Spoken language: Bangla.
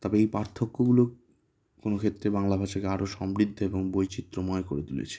তবে এই পার্থক্যগুলো কোনো ক্ষেত্রে বাংলা ভাষাকে আরও সমৃদ্ধ এবং বৈচিত্র্যময় করে তুলেছে